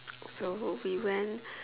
so we went